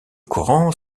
courants